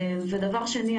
דבר שני,